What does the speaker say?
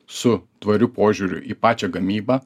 su tvariu požiūriu į pačią gamybą